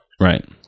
right